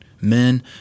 men